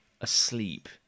asleep